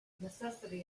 necessity